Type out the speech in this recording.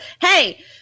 hey